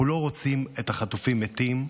אנחנו לא רוצים את החטופים מתים,